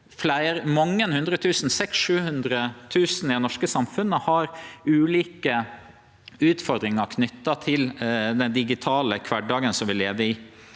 men 600 000–700 000 menneske i det norske samfunnet har ulike utfordringar knytte til den digitale kvardagen vi lever i.